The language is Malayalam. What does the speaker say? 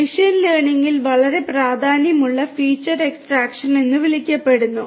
മെഷീൻ ലേണിംഗിൽ വളരെ പ്രാധാന്യമുള്ള ഫീച്ചർ എക്സ്ട്രാക്ഷൻ എന്ന് വിളിക്കപ്പെടുന്നു